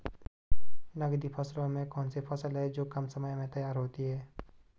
नकदी फसलों में कौन सी फसलें है जो कम समय में तैयार होती हैं?